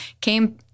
came